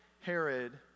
Herod